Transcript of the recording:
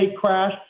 crash